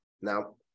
now